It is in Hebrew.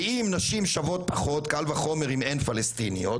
כי אם נשים שוות פחות קל וחומר אם הן פלשתינאיות,